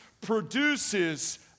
produces